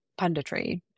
punditry